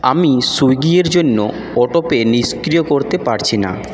আমি সুইগিয়ের জন্য অটোপে নিষ্ক্রিয় করতে পারছি না